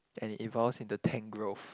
and it evolves into Tangrowth